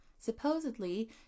Supposedly